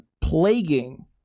plaguing